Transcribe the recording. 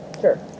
sure